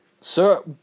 Sir